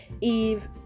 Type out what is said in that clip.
eve